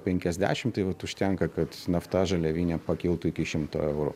penkiasdešimt tai vat užtenka kad nafta žaliavinė pakiltų iki šimto eurų